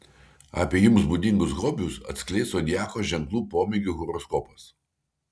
apie jums būdingus hobius atskleis zodiako ženklų pomėgių horoskopas